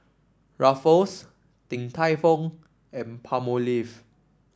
Ruffles Din Tai Fung and Palmolive